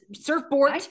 surfboard